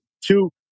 two